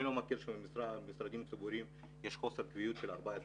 אני לא מכיר שבמשרדים ציבוריים יש חוסר קביעות של 14 שנה,